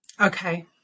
okay